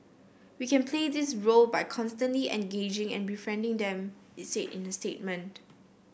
we can play this role by constantly engaging and befriending them it said in a statement